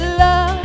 love